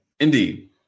Indeed